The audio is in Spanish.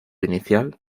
inicial